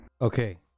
Okay